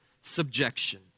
subjection